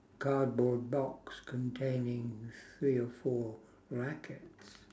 cardboard box containing three or four rackets